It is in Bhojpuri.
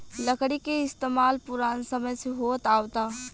लकड़ी के इस्तमाल पुरान समय से होत आवता